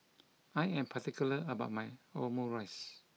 I am particular about my Omurice